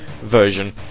version